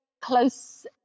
close